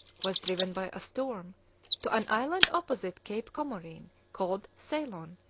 was driven by a storm to an island opposite cape comorin, called ceylon,